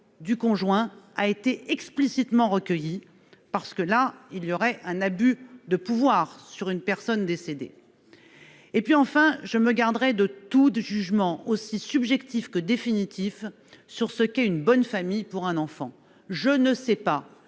du conjoint a été explicitement recueilli, sans quoi il y aurait un abus de pouvoir sur une personne décédée. Enfin, je me garderai de tout jugement aussi subjectif que définitif sur ce qu'est une bonne famille pour un enfant. Je ne sais pas